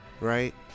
right